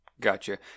Gotcha